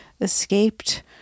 escaped